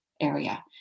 area